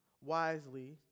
wisely